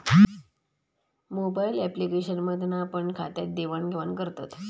mobile application मधना पण खात्यात देवाण घेवान करतत